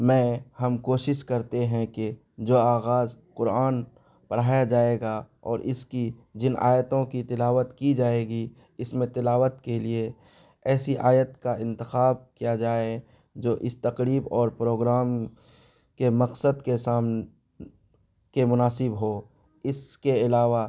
میں ہم کوشش کرتے ہیں کہ جو آغاز قرآن پڑھایا جائے گا اور اس کی جن آیتوں کی تلاوت کی جائے گی اس میں تلاوت کے لیے ایسی آیت کا انتخاب کیا جائے جو اس تقریب اور پروگرام کے مقصد کے سامنے کے مناسب ہو اس کے علاوہ